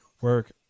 work